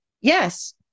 yes